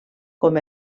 com